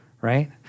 right